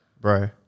Bro